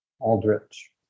Aldrich